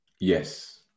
Yes